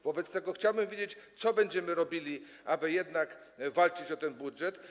Wobec tego chciałbym wiedzieć, co będziemy robili, aby jednak walczyć o ten budżet.